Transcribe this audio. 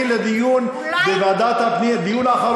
אז מה, אתה מאשים את המשטרה, שהיא עולם תחתון?